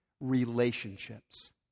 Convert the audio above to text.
relationships